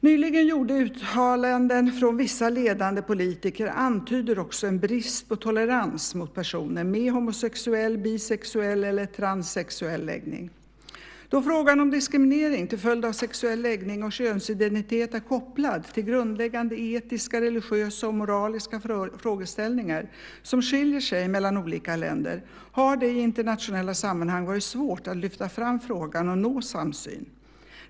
Nyligen gjorda uttalanden från vissa ledande politiker antyder också en brist på tolerans mot personer med homosexuell, bisexuell eller transsexuell läggning. Då frågan om diskriminering till följd av sexuell läggning och könsidentitet är kopplad till grundläggande etiska, religiösa och moraliska frågeställningar som skiljer sig mellan olika länder, har det i internationella sammanhang varit svårt att lyfta fram frågan och nå samsyn.